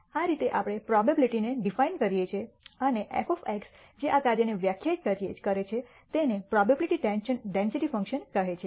આ રીતે આપણે પ્રોબેબીલીટીને ડિફાઇન કરીએ છીએ અને f જે આ કાર્યને વ્યાખ્યાયિત કરે છે તેને પ્રોબેબીલીટી ડેન્સિટી ફંકશન કહે છે